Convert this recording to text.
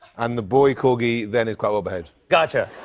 and the boy corgi then is quite well-behaved. gotcha.